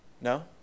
No